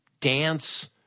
dance